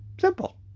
Simple